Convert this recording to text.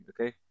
Okay